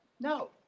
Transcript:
no